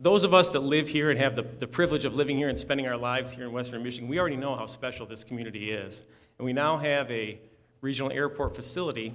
those of us that live here and have the privilege of living here and spending our lives here in western michigan we already know how special this community is and we now have a regional airport facility